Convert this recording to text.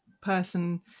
person